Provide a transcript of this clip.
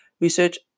Research